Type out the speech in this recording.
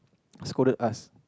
scolded us